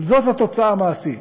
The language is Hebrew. אבל זאת התוצאה המעשית,